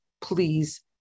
please